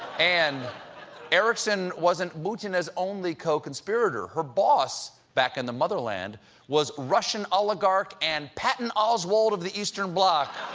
and erickson wasn't butina's only co-conspirator. her boss back in the motherland was russian oligarch and patton oswalt of the eastern bloc,